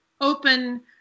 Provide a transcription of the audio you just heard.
open